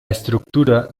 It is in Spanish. estructura